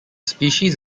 species